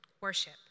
worship